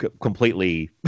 completely